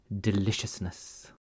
deliciousness